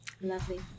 Lovely